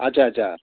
अच्छा अच्छा